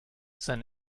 sein